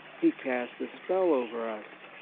he casts a spell over us.